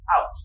out